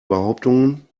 behauptungen